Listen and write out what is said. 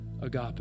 Agape